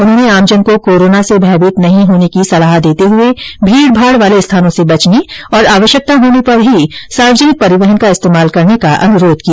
उन्होंने आमजन को कोरोना से भयभीत न होने की सलाह देते हुए भीड़ भाड़ वाले स्थानों से बचने और आवश्यकता होने पर ही सार्वजनिक परिवहन का इस्तेमाल करने का अनुरोध किया